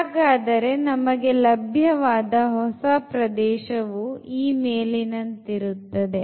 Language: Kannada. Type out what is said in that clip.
ಹಾಗಾದರೆ ನಮಗೆ ಲಭ್ಯವಾದ ಹೊಸ ಪ್ರದೇಶವು ಮೇಲಿನಂತೆ ಇರುತ್ತದೆ